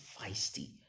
feisty